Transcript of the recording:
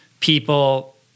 people